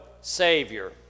Savior